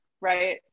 right